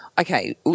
okay